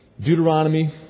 Deuteronomy